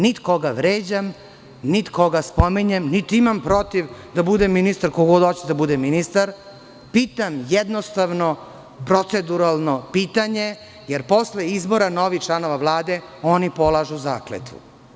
Niti koga vređam niti koga spominjem, niti imam protiv da bude ministar ko god hoće da bude ministar, pitam jednostavno, proceduralno pitanje, jer posle izbora, novi članovi Vlade polažu zakletvu.